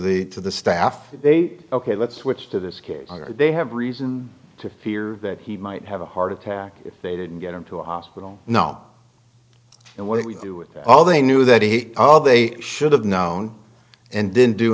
the to the staff ok let's switch to this case they have reason to fear that he might have a heart attack if they didn't get him to a hospital now and what do we do with all they knew that he all they should have known and didn't do